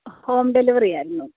home delivery ആയിരുന്നു